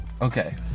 Okay